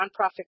nonprofit